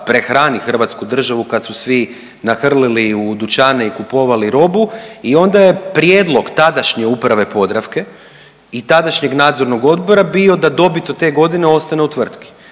hrvatsku državu kad su svi nahrlili u dućane i kupovali robu i onda je prijedlog tadašnje uprave „Podravke“ i tadašnjeg nadzornog odbora bio da dobit od te godine ostane u tvrtki